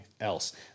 else